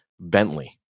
Bentley